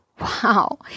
Wow